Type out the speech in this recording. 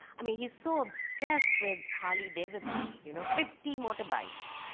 i mean he's so obsessed with harley davidsons, you know? fifty motorbikes.